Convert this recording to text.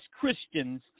Christians